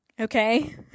Okay